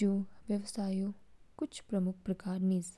जू व्यवसायऊ कुछ प्रमुख प्रकार निज।